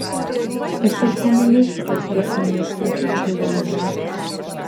ir tarp komunistų atsiras nemėgstančių ziuganovo